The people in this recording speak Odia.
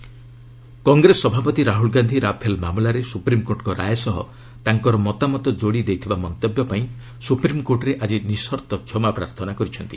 ରାହ୍ନଲ ଆପୋଲୋଜି କଂଗ୍ରେସ ସଭାପତି ରାହ୍ରଲ ଗାନ୍ଧି ରାଫେଲ ମାମଲାରେ ସ୍ୱପ୍ରିମ୍କୋର୍ଟଙ୍କ ରାୟ ସହ ତାଙ୍କର ମତାମତ ଯୋଡ଼ି ଦେଇଥିବା ମନ୍ତବ୍ୟ ପାଇଁ ସୁପ୍ରିମ୍କୋର୍ଟରେ ଆଜି ନିସର୍ତ୍ତ କ୍ଷମାପ୍ରାର୍ଥନା କରିଛନ୍ତି